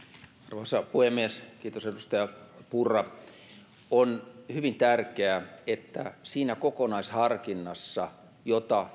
arvoisa puhemies kiitos edustaja purra on hyvin tärkeää että siinä kokonaisharkinnassa jota